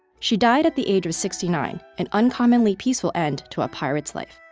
she died at the age of sixty nine an uncommonly peaceful end to a pirate's life.